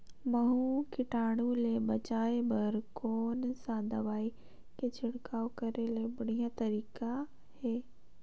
महू कीटाणु ले बचाय बर कोन सा दवाई के छिड़काव करे के बढ़िया तरीका हे?